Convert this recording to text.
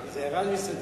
זה ירד מסדר-היום.